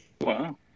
Wow